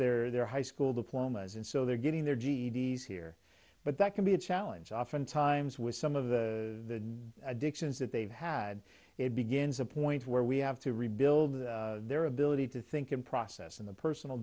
their their high school diplomas and so they're getting their g e d s here but that can be a challenge oftentimes with some of the addictions that they've had it begins a point where we have to rebuild their ability to think and process in the personal